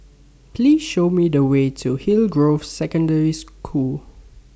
Please Show Me The Way to Hillgrove Secondary School